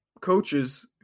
coaches